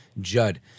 Judd